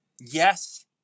yes